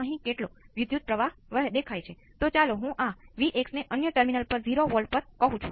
આ બધું લખવાનો શું અર્થ છે